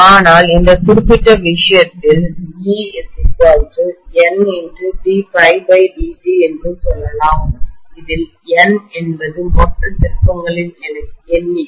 ஆனால் இந்த குறிப்பிட்ட விஷயத்தில் eNd∅dt என்றும் சொல்லலாம் இதில் N என்பது மொத்த திருப்பங்களின் எண்ணிக்கை